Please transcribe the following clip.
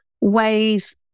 ways